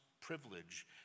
privilege